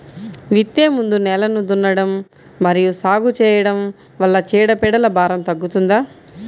విత్తే ముందు నేలను దున్నడం మరియు సాగు చేయడం వల్ల చీడపీడల భారం తగ్గుతుందా?